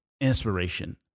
inspiration